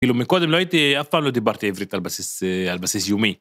כאילו מקודם לא הייתיף אף פעם לא דיברתי עברית על בסיס יומי.